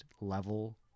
level